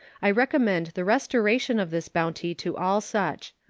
i recommend the restoration of this bounty to all such.